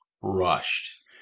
rushed